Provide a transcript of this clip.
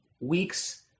weeks